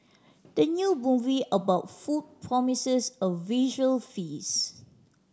the new movie about food promises a visual feast